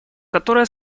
которая